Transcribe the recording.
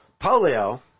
polio